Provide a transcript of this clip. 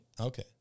Okay